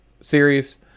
series